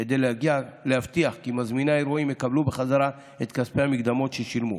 כדי להבטיח כי מזמיני האירועים יקבלו בחזרה את כספי המקדמות ששילמו.